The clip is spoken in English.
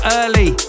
early